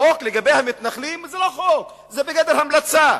החוק לגבי המתנחלים זה לא חוק, זה בגדר המלצה.